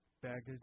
baggage